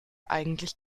eigentlich